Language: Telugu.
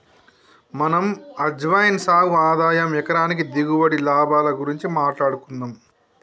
మనం అజ్వైన్ సాగు ఆదాయం ఎకరానికి దిగుబడి, లాభాల గురించి మాట్లాడుకుందం